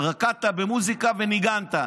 רקדת עם מוזיקה וניגנת.